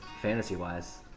fantasy-wise